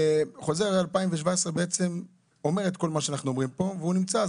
חוזר 2017 בעצם אומר את כל מה שאנחנו אומרים פה והוא נמצא,